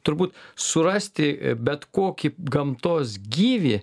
turbūt surasti bet kokį gamtos gyvį